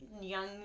young